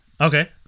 Okay